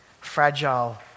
fragile